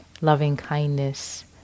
loving-kindness